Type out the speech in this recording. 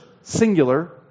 singular